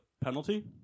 penalty